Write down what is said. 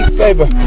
favor